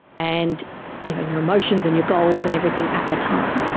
and you know your emotions and your goals and everything at the time.